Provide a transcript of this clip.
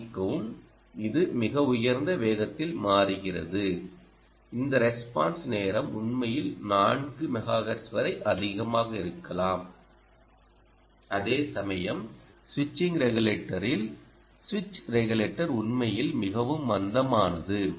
மன்னிக்கவும் இது மிக உயர்ந்த வேகத்தில் மாறுகிறது இந்த ரெஸ்பான்ஸ் நேரம் உண்மையில் 4 மெகாஹெர்ட்ஸ் வரை அதிகமாக இருக்கலாம் அதேசமயம் ஸ்விட்சிங் ரெகுலேட்டரில் சுவிட்ச் ரெகுலேட்டர் உண்மையில் மிகவும் மந்தமானது